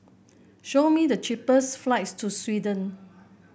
show me the cheapest flights to Sweden